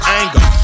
anger